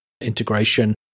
integration